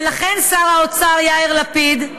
ולכן, שר האוצר יאיר לפיד,